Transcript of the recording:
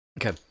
Okay